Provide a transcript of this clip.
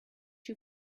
you